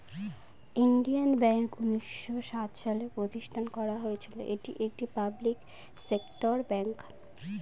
Indian bank উনিশশো সাত সালে প্রতিষ্ঠান করা হয়েছিল এটি একটি পাবলিক সেক্টর ব্যাঙ্ক